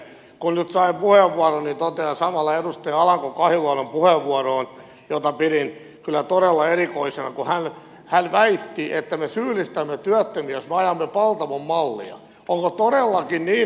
kun nyt sain puheenvuoron niin totean samalla liittyen edustaja alanko kahiluodon puheenvuoroon jota pidin kyllä todella erikoisena kun hän väitti että me syyllistämme työttömiä jos me ajamme paltamon mallia